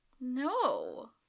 No